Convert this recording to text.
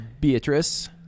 beatrice